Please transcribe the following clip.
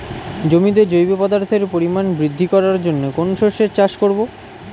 জমিতে জৈব পদার্থের পরিমাণ বৃদ্ধি করার জন্য কোন শস্যের চাষ করবো?